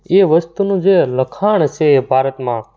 એ વસ્તુનું જે લખાણ છે એ ભારતમાં